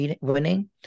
winning